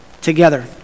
together